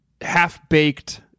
half-baked